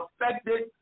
affected